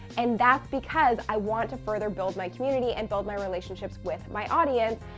and that's because i want to further build my community and build my relationships with my audience,